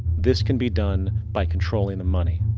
this can be done by controlling the money.